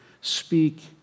speak